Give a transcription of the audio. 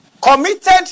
Committed